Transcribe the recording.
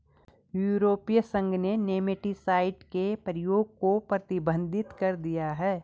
यूरोपीय संघ ने नेमेटीसाइड के प्रयोग को प्रतिबंधित कर दिया है